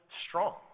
Strong